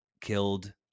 killed